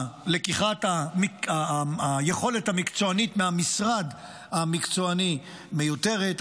לקיחת היכולת המקצועית מהמשרד המקצועני מיותרת,